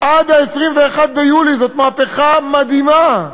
עד 21 ביולי, זאת מהפכה מדהימה.